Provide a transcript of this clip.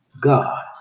God